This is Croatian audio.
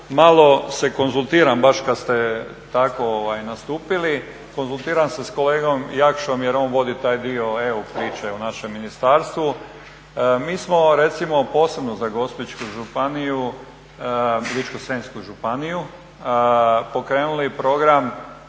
malo se konzultiram baš kada ste tako nastupili, konzultiram se kolegom Jakšom jer on vodi taj dio EU priče u našem ministarstvu. Mi smo recimo posebno za Gospićku županiju, Ličko-senjsku županiju pokrenuli program